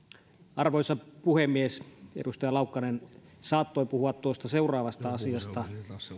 arvoisa puhemies edustaja laukkanen saattoi puhua seuraavasta asiasta